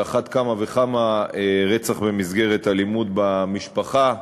על אחת כמה וכמה רצח במסגרת אלימות במשפחה,